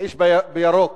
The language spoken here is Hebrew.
האיש בירוק.